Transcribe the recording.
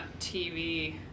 TV